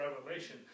revelation